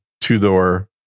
two-door